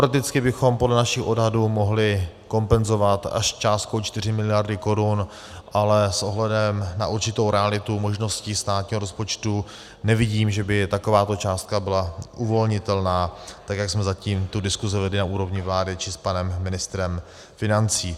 Teoreticky bychom podle našich odhadů mohli kompenzovat až částkou 4 mld. Kč, ale s ohledem na určitou realitu možností státního rozpočtu nevidím, že by taková částka byla uvolnitelná, jak jsme zatím tu diskusi vedli na úrovni vlády či s panem ministrem financí.